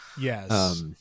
Yes